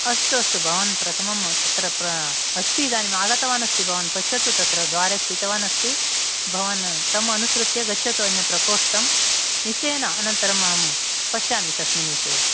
अस्तु अस्तु भवान् प्रथमं तत्र प्र अस्ति इदानीम् आगतवान् अस्ति भवान् पश्यतु तत्र द्वारे स्थितवान् अस्ति भवान् तम् अनुसृत्य गच्छतु अन्य प्रकोष्ठं निश्चयेन अनन्तरम् अहं पश्यामि तस्मिन् विषये